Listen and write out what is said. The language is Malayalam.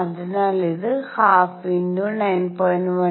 അതിനാൽ ഇത് ½ × 9